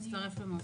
מצטרפת למוסי.